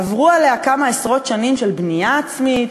שעברו עליה כמה עשרות שנים של בנייה עצמית,